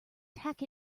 tack